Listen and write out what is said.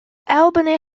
albany